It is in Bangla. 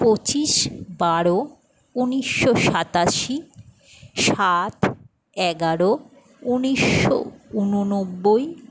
পঁচিশ বারো উনিশশো সাতাশি সাত এগারো উনিশশো উননব্বই